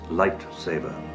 lightsaber